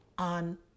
on